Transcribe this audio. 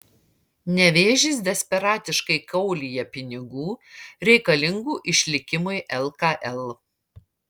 nevėžis desperatiškai kaulija pinigų reikalingų išlikimui lkl